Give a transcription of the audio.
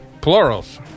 Plurals